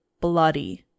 bloody